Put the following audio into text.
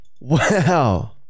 Wow